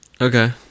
Okay